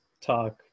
talk